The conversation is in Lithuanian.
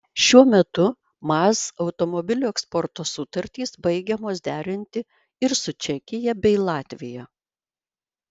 šiuo metu maz automobilių eksporto sutartys baigiamos derinti ir su čekija bei latvija